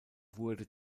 wurde